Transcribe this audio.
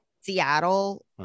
Seattle